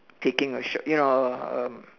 taking a short you know a um